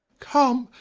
come,